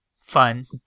Fun